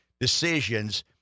decisions